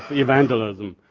evangelism.